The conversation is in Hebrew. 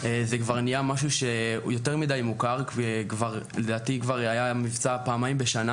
כבר נהיו משהו יותר מדי מוכר לדעתי היה כבר מבצע פעמיים בשנה